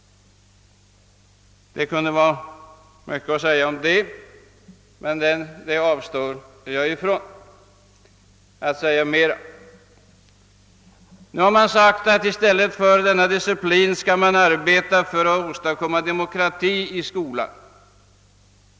Mycket kunde sägas om detta, men jag avstår från att säga mer denna gång. Det har sagts att vi skall arbeta för att åstadkomma demokrati i skolan i stället för disciplin.